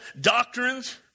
doctrines